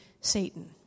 Satan